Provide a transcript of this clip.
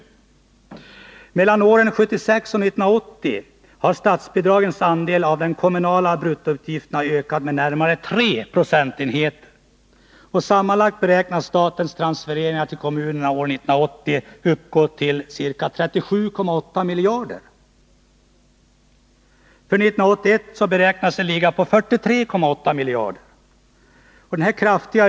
Åren 1976-1980 har statsbidragens andel av de kommunala bruttoutgifterna ökat med närmare tre procentenheter. Sammanlagt beräknas statens transfereringar till kommunerna år 1980 uppgå till ca 37,8 miljarder kronor, och för 1981 beräknas de ligga på 43,8 miljarder kronor.